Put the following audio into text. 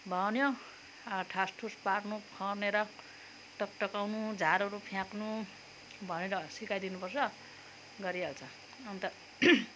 भन्यो ठासठुस पार्नु खनेर टक्टकाउनु झारहरू फ्याँक्नु भनेर सिकाइदिनु पर्छ गरिहाल्छ अन्त